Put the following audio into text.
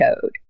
code